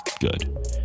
good